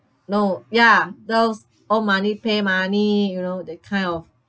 no ya those owe money pay money you know that kind of